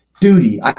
duty